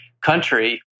country